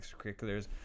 extracurriculars